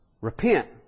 Repent